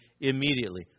immediately